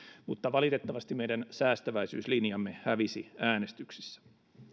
mutta valitettavasti meidän säästäväisyyslinjamme hävisi äänestyksissä